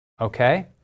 okay